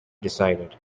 decided